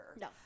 no